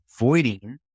avoiding